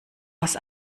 aus